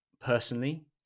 personally